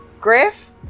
griff